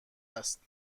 است